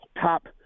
top